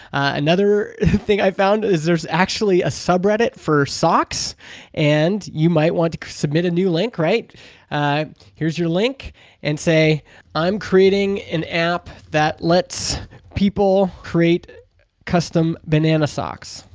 another thing i found is there's actually a subreddit for socks and you might want to submit a new link. here is your link and say i'm creating an app that lets people create custom banana socks.